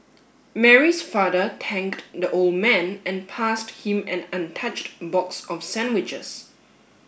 Mary's father thanked the old man and passed him an untouched box of sandwiches